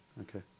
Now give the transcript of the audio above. Okay